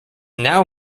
now